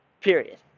period